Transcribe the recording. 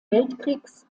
weltkriegs